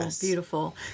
beautiful